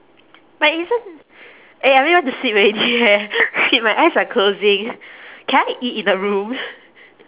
but isn't eh I really want to sleep already eh shit my eyes are closing can I eat in the room